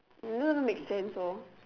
it doesn't even make sense lor